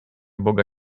boga